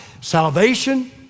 Salvation